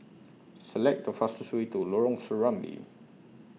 Select The fastest Way to Lorong Serambi